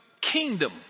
kingdom